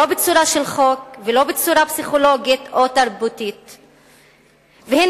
לא בצורה של חוק ולא בצורה פסיכולוגית או תרבותית.